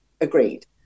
agreed